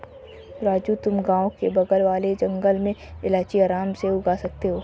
राजू तुम गांव के बगल वाले जंगल में इलायची आराम से उगा सकते हो